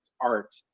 art